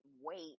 wait